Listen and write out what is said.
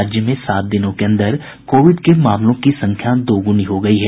राज्य में सात दिनों के अन्दर कोविड के मामलों की संख्या दोगुनी हो गयी है